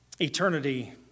eternity